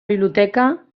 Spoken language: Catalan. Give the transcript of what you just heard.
biblioteca